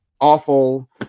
Awful